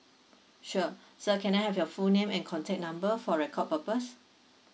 sure sir can I have your full name and contact number for record purpose